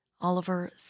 Oliver